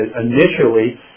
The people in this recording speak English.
initially